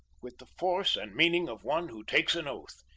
with the force and meaning of one who takes an oath,